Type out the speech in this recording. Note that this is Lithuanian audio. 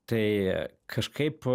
tai kažkaip